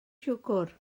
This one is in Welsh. siwgr